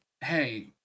Hey